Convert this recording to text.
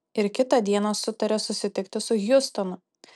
ir kitą dieną sutarė susitikti su hjustonu